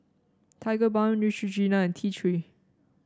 Tigerbalm Neutrogena and T Three